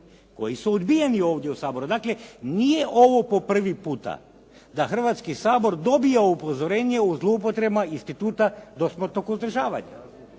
koji su odbijeni ovdje u Saboru. Dakle, nije ovo po prvi puta da Hrvatski sabor dobije upozorenje o zloupotrebama instituta dosmrtnog uzdržavanja.